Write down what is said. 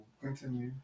continue